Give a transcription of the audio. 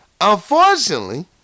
Unfortunately